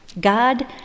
God